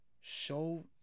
show